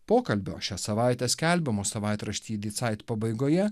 pokalbio šią savaitę skelbiamos savaitraštyje dy cait pabaigoje